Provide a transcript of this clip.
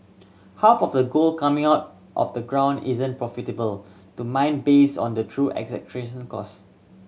half of the gold coming out of the ground isn't profitable to mine based on the true cost